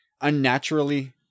unnaturally